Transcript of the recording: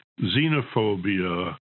xenophobia